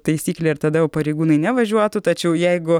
taisyklė ir tada jau pareigūnai nevažiuotų tačiau jeigu